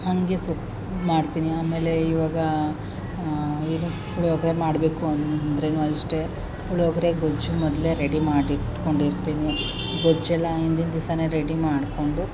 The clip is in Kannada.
ಹಾಗೆ ಸೊಪ್ಪು ಮಾಡ್ತೀನಿ ಆಮೇಲೆ ಇವಾಗ ಏನು ಪುಳಿಯೋಗ್ರೆ ಮಾಡಬೇಕು ಅಂದ್ರೂನು ಅಷ್ಟೇ ಪುಳಿಯೋಗ್ರೆ ಗೊಜ್ಜು ಮೊದಲೇ ರೆಡಿ ಮಾಡಿ ಇಟ್ಕೊಂಡಿರ್ತೀನಿ ಗೊಜ್ಜೆಲ್ಲ ಹಿಂದಿನ ದಿವಸನೇ ರೆಡಿ ಮಾಡಿಕೊಂಡು